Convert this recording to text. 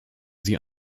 sie